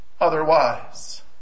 otherwise